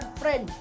friend